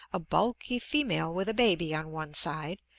a bulky female with a baby on one side,